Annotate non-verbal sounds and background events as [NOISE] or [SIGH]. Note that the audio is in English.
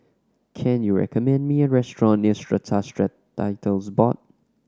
can you recommend me a restaurant near Strata [UNINTELLIGIBLE] Titles Board